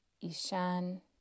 Ishan